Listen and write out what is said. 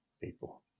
people